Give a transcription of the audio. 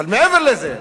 אבל מעבר לזה,